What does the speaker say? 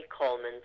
Coleman